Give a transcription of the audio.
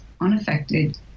unaffected